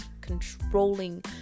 controlling